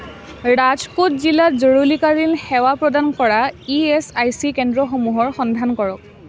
ৰাজকোট জিলাত জৰুৰীকালীন সেৱা প্ৰদান কৰা ই এচ আই চি কেন্দ্ৰসমূহৰ সন্ধান কৰক